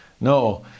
No